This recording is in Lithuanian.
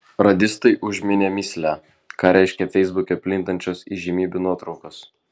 radistai užminė mįslę ką reiškia feisbuke plintančios įžymybių nuotraukos